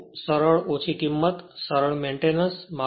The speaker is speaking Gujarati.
તેઓ સરળ ઓછી કિંમત સરળ મેંટેનન્સ છે